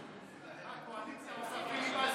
הקואליציה עושה פיליבסטר?